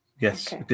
yes